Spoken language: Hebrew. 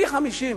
פי-50,